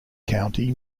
county